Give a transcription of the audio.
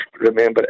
remember